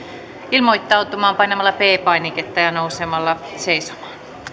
ilmoittautumaan painamalla p painiketta ja nousemalla seisomaan